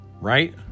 Right